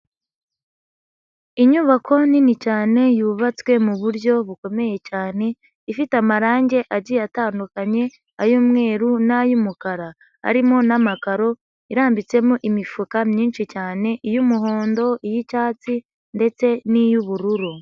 Inyubako nini cyane yubatswe mu buryo bukomeye cyane, ifite amarangi agiye atandukanye, ay'umweru n'ay'umukara. Harimo n'amakaro, irambitsemo imifuka myinshi cyane, iy'umuhondo, iy'icyatsi ndetse n'iy'ubururu.